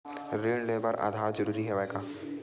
ऋण ले बर आधार जरूरी हवय का?